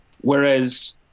whereas